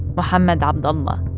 mohammed abdullah